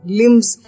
limbs